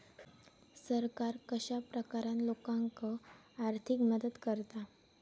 सरकार कश्या प्रकारान लोकांक आर्थिक मदत करता?